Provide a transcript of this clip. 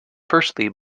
firstly